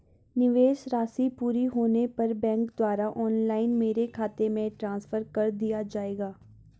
निवेश राशि पूरी होने पर बैंक द्वारा ऑनलाइन मेरे खाते में ट्रांसफर कर दिया जाएगा?